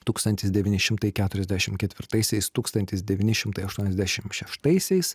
tūkstantis devyni šimtai keturiasdešim ketvirtaisiais tūkstantis devyni šimtai aštuoniasdešim šeštaisiais